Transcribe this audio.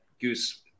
Goose